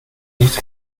nicht